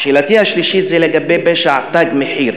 שאלתי השלישית היא לגבי פשע "תג מחיר",